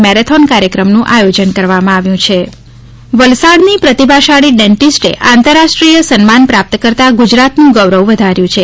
marathon કાર્યક્રમનુ આયોજન કરવામાં આવ્યું છે ગૌરવ વલસાડની પ્રતિભાશાળી ડેન્ટિસ્ટે આંતરરાષ્ટ્રીય સન્માન પ્રાપ્ત કરતા ગુજરાતનું ગૌરવ વધાર્યું છે